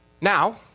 Now